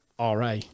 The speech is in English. RA